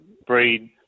breed